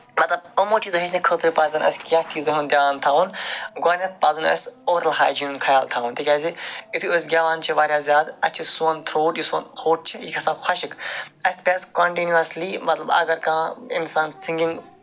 مطلب یِمَو چیٖزو ہٮ۪چھنہٕ خٲطرٕ پَزَن اَسہِ کیٚنہہ چیٖزَن ہُند دِیان تھاوُن گۄٕنٮ۪تھ پَزَن اَسہِ ٹوٹَل ہاٮ۪جیٖن خَیال تھاوُن تِکیازِ یِتھُے أسۍ گٮ۪وان چھِ واریاہ زیادٕ اَتہِ چھُ سون تھروٹ یُس سون ہوٚٹ چھُ یہِ چھُ گژھان خۄشُک اَسہِ پَزِ کنٹِنوٗوٮ۪سلی مطلب اگر کانہہ اِنسان سِنگِنگ